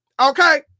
okay